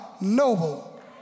noble